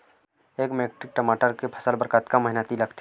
एक मैट्रिक टमाटर के फसल बर कतका मेहनती लगथे?